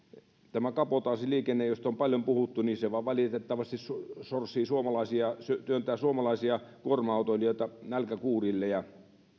tämä kabotaasiliikenne josta on paljon puhuttu vain valitettavasti sorsii suomalaisia työntää suomalaisia kuorma autoilijoita nälkäkuurille ja